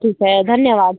ठीक है धन्यवाद